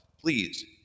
please